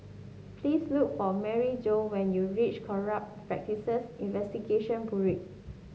please look for Maryjo when you reach Corrupt Practices Investigation Bureau